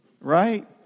Right